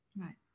Right